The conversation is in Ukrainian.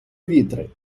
вітри